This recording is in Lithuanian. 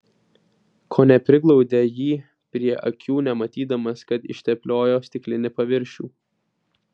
kone priglaudė jį prie akių nematydamas kad ištepliojo stiklinį paviršių